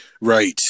Right